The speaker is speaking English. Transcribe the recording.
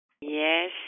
Yes